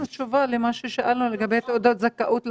תשובה למה ששאלנו לגבי תעודת זכאות לבגרות.